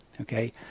okay